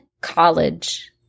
college